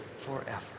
forever